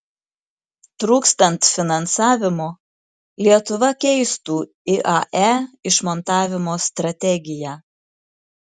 trūkstant finansavimo lietuva keistų iae išmontavimo strategiją